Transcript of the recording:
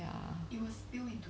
ya